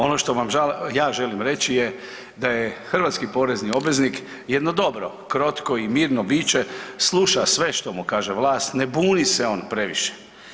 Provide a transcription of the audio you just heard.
Ono što vam ja želim reći da je hrvatski porezni obveznik jedno dobro, krotko i mirno biše, sluša sve što mu kaže vlast, ne buni se on previše.